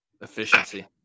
efficiency